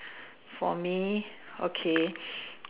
for me okay